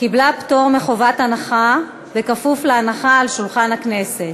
קיבלה פטור מחובת הנחה בכפוף להנחה על שולחן הכנסת.